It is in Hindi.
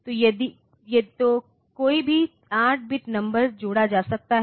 तो कोई भी 8 बिट नंबर जोड़ा जा सकता है